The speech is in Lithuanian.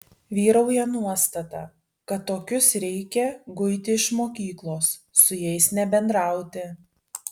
vyrauja nuostata kad tokius reikia guiti iš mokyklos su jais nebendrauti